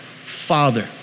Father